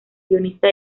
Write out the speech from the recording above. guionista